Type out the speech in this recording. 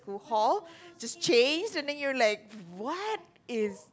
hall just chase and then you're like what is